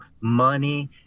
money